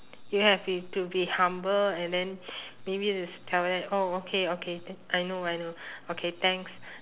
you have be to be humble and then maybe just tell them oh okay okay I know I know okay thanks